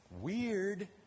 Weird